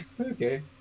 Okay